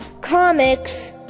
Comics